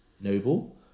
Noble